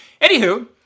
Anywho